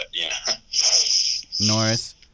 Norris